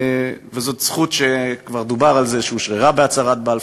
זאת זכות שכבר דובר על זה שאושררה בהצהרת בלפור,